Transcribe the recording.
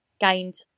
Gained